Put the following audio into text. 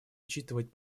учитывать